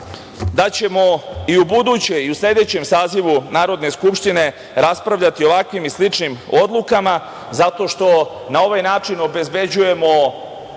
da ćemo i u budućem i u sledećem sazivu Narodne skupštine raspravljati o ovakvim i sličnim odlukama zato što na ovaj način obezbeđujemo